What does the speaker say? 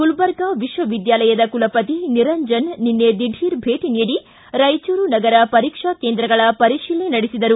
ಗುಲಬರ್ಗಾ ವಿತ್ವ ವಿದ್ವಾಲಯದ ಕುಲಪತಿ ನಿರಂಜನ್ ನಿನ್ನೆ ದಿಢೀರ್ ಭೇಟಿ ನೀಡಿ ರಾಯಚೂರು ನಗರ ಪರೀಕ್ಷಾ ಕೇಂದ್ರಗಳ ಪರಿತೀಲನೆ ನಡೆಸಿದರು